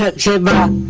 ah chairman